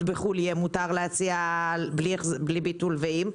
בחו"ל מותר יהיה להציע בלי ביטול או עם,